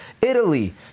Italy